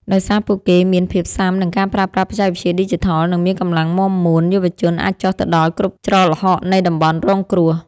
ដោយសារពួកគេមានភាពស៊ាំនឹងការប្រើប្រាស់បច្ចេកវិទ្យាឌីជីថល និងមានកម្លាំងមាំមួន យុវជនអាចចុះទៅដល់គ្រប់ច្រកល្ហកនៃតំបន់រងគ្រោះ។